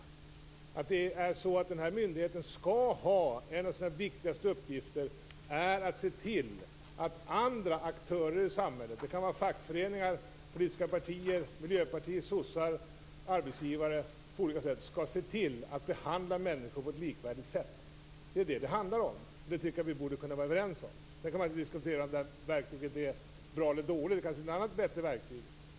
En av de viktigaste uppgifterna för den här myndigheten är att se till att andra aktörer i samhället - det kan vara fackföreningar, politiska partiet, Miljöpartiet, sossar, arbetsgivare - skall se till att behandla människor på ett likvärdigt sätt. Det är vad det handlar om. Det tycker jag att vi borde kunna vara överens om. Sedan kan man alltid diskutera om verktyget är bra eller dåligt. Det kanske finns ett annat, bättre verktyg.